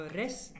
rest